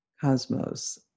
cosmos